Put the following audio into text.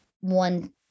one